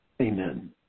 Amen